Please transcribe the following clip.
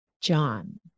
John